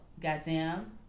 Goddamn